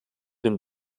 den